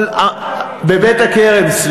בבית-הכרם, דקה.